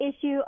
issue